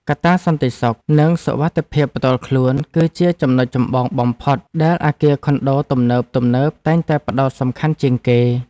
កត្តាសន្តិសុខនិងសុវត្ថិភាពផ្ទាល់ខ្លួន គឺជាចំណុចចម្បងបំផុតដែលអគារខុនដូទំនើបៗតែងតែផ្តោតសំខាន់ជាងគេ។